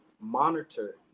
monitor